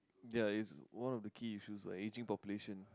ya it's one of the key issues what aging population